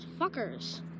Fuckers